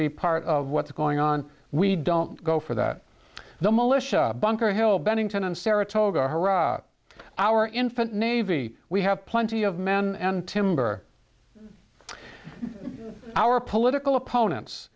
be part of what's going on we don't go for that the militia bunker hill bennington and saratoga herat our infant navy we have plenty of men and timber our political opponents